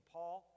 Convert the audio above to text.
Paul